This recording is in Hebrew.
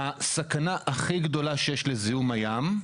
הסכנה הכי גדולה שיש לזיהום הים,